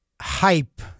hype